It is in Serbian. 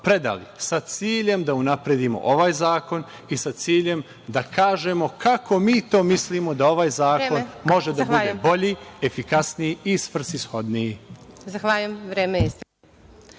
predali sa ciljem da unapredimo ovaj zakon i sa ciljem da kažemo kako mi to mislimo da ovaj zakon može da bude bolji, efikasniji i svrsishodniji.